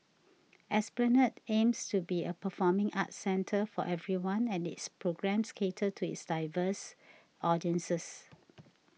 esplanade aims to be a performing arts centre for everyone and its programmes cater to its diverse audiences